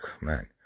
man